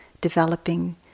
developing